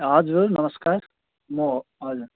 हजुर नमस्कार म हो हजुर